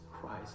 Christ